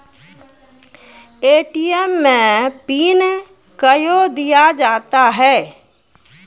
ATM मे PIN कयो दिया जाता हैं?